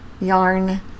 yarn